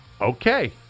Okay